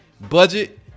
Budget